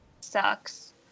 Sucks